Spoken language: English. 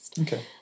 okay